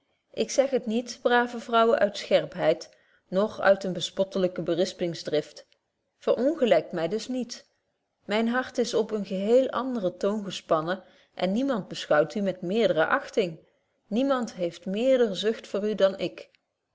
ik zeg het niet brave vrouwen uit scherpheid noch uit eene bespottelyke berispingsdrift verongelykt my dus niet myn hart is op eenen geheel anderen toon gespannen en niemand beschouwt u met meerder achting niemand heeft meerder zucht voor u dan ik